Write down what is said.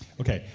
okay.